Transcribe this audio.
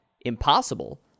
impossible